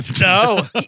No